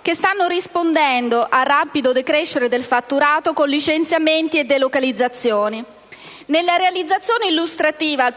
che stanno rispondendo al rapido decrescere del fatturato con licenziamenti e delocalizzazioni. Nella relazione illustrativa al